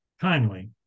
kindly